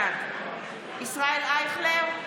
בעד ישראל אייכלר,